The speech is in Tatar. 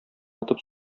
ятып